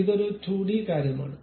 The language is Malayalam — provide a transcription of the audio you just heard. ഇതൊരു 2 ഡി കാര്യമാണ്